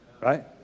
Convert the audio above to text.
right